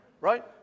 Right